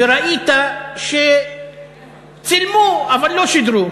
וראית שצילמו אבל לא שידרו.